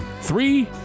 three